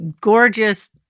gorgeous